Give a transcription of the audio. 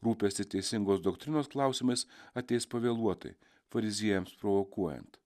rūpestis teisingos doktrinos klausimais ateis pavėluotai fariziejams provokuojant